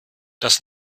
das